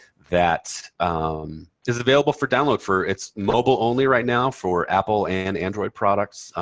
that is available for download for it's mobile only right now for apple and android products.